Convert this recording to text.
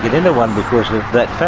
get into one because of that fact.